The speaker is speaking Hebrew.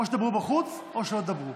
או שתדברו בחוץ או שלא תדברו.